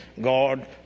God